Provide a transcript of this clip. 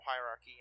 hierarchy